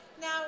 Now